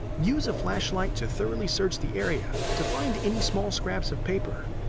use a flashlight to thoroughly search the area to find any small scraps of paper.